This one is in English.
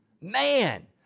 Man